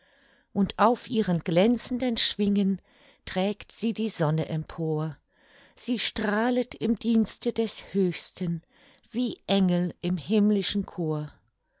und auf ihren glänzenden schwingen trägt sie die sonne empor sie strahlet im dienste des höchsten wie engel im himmlischen chor